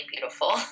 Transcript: beautiful